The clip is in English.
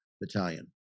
battalion